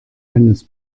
eines